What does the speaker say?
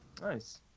Nice